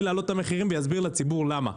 להעלות את המחירים והוא יסביר לציבור למה,